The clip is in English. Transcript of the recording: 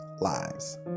lives